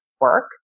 work